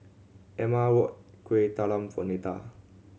Ama bought Kueh Talam for Neta